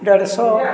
ଦେଢ଼ ଶହ